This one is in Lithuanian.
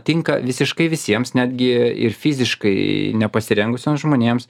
tinka visiškai visiems netgi ir fiziškai nepasirengusiems žmonėms